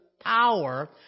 power